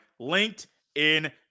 LinkedIn